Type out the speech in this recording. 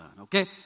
okay